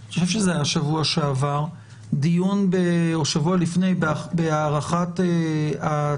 אני חושב שזה היה בשבוע שעבר או שבוע לפני דיון בהארכת ההכרזה